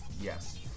Yes